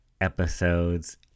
episodes